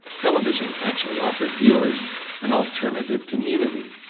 television actually offered viewers an alternative community,